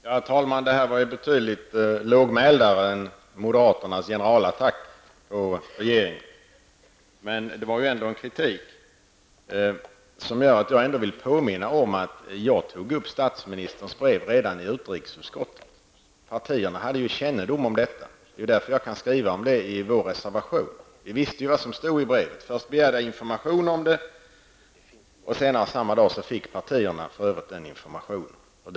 Herr talman! Jan-Erik Wikström var betydligt mer lågmäld i sitt anförande än vad moderaterna var i sin generalattack mot regeringen. Men han framförde ändå en kritik som gör att jag vill påminna om att jag kommenterade statsministerns brev redan i utrikesutskottet. Partierna hade ju kännedom om detta brev. Därför kan jag också skriva om det i vår reservation. Vi visste ju vad som stod i brevet. Först begärde jag information om innehållet i brevet, och senare samma dag fick partierna den informationen.